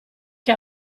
che